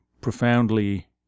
profoundly